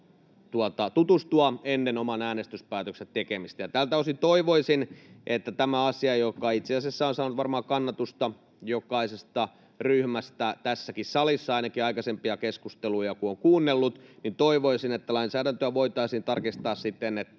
tutustua ennen oman äänestyspäätöksensä tekemistä. Tältä osin toivoisin, että kun tämä asia on itse asiassa saanut kannatusta varmaan jokaisesta ryhmästä tässäkin salissa — ainakin kun aikaisempia keskusteluja on kuunnellut — niin lainsäädäntöä voitaisiin tarkistaa siten, että